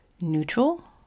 neutral